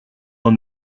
dans